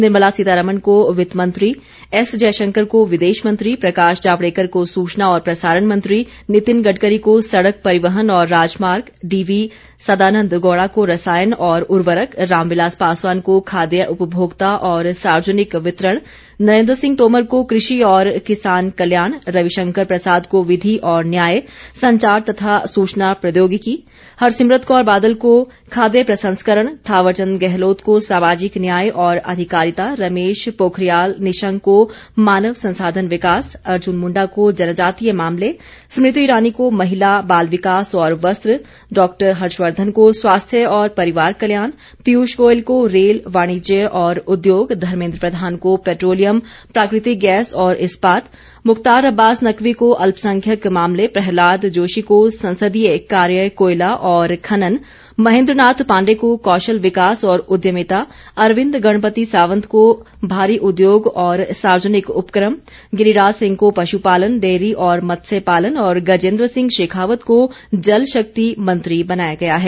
निर्मला सीतारामन को वित्त मंत्री एस जयशंकर को विदेशमंत्री प्रकाश जावड़ेकर को सूचना और प्रसारण मंत्री नितिन गडकरी को सड़क परिवहन और राजमार्ग डी वी सदानंद गौड़ा को रसायन और उवर्रक राम विलास पासवान को खाद्य उपभोक्ता और सार्वजनिक वितरण नरेंद्र सिंह तोमर को कृषि और किसान कल्याण रविशंकर प्रसाद को विधि और न्याय संचार तथा सूचना प्रौद्योगिकी हरसिमरत कौर बादल को खाद्य प्रसंस्करण थावर चंद गहलोत को सामाजिक न्याय और आधिकारिता रमेश पोखरियाल निशंक को मानव संसाधन विकास अर्जुन मुंडा को जनजातीय मामले स्मृति ईरानी को महिला बाल विकास और वस्त्र डॉ हर्षवर्धन को स्वास्थ्य और परिवार कल्याण पीयूष गोयल को रेल वाणिज्य और उद्योग धर्मेद्र प्रधान को पैट्रोलियम प्राकृतिक गैस और इस्पात मुख्तार अब्बास नकवी को अल्पसंख्यक मामले प्रहलाद जोशी को संसदीय कार्य कोयला और खनन महेंद्र नाथ पांडेय को कौशल विकास और उद्यमिता अरविंद गणपति सावंत को भारी उद्योग और सार्वजनिक उपक्रम गिरिराज सिंह को पशुपालन डेयरी और मत्स्य पालन और गजेंद्र सिंह शेखावत को जल शक्ति मंत्री बनाया गया है